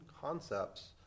concepts